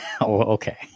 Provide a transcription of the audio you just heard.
Okay